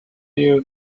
you